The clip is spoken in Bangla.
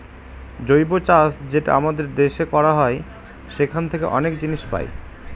জৈব চাষ যেটা আমাদের দেশে করা হয় সেখান থাকে অনেক জিনিস পাই